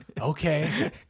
Okay